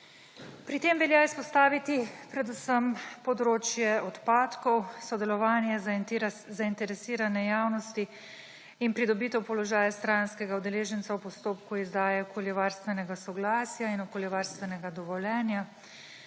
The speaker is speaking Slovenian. Pri tem velja izpostaviti predvsem področje odpadkov, sodelovanje zainteresirane javnost in pridobitev položaja stranskega udeleženca v postopku izdaje okoljevarstvenega soglasja in okoljevarstvenega dovoljenja,